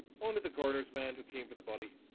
only the coroner's man, who came for the body.